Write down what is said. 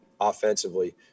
offensively